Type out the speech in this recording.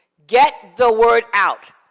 get the word out.